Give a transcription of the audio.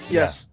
Yes